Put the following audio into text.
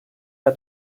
par